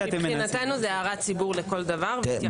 זו הערת ציבור לכל דבר מבחינתנו.